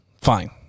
fine